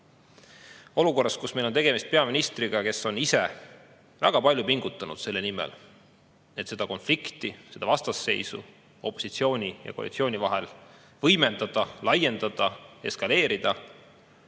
Olukorras, kus meil on tegemist peaministriga, kes on ise väga palju pingutanud selle nimel, et seda konflikti, seda vastasseisu opositsiooni ja koalitsiooni vahel võimendada, laiendada, eskaleerida,